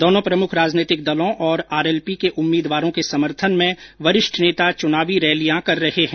दोनों प्रमुख राजनैतिक दलों और आरएलपी के उम्मीदवारों के समर्थन में वरिष्ठ नेता चुनावी रैलियां कर रहे हैं